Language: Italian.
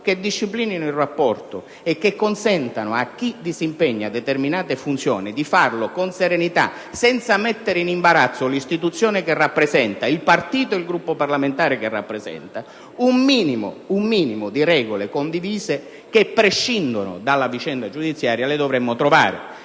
che disciplinino il rapporto e che consentano a chi disimpegna determinate funzioni di farlo con serenità, senza mettere in imbarazzo l'istituzione che rappresenta o il partito e il Gruppo parlamentare che rappresenta. Un minimo di regole condivise, che prescindano dalla vicenda giudiziaria, le dovremmo trovare.